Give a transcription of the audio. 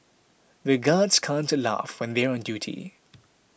the guards can't laugh when they are on duty